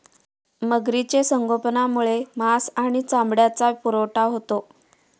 मगरीचे संगोपनामुळे मांस आणि चामड्याचा पुरवठा होतो